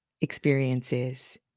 experiences